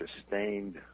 sustained